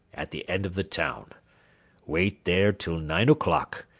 at the end of the town wait there till nine o'clock,